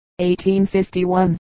1851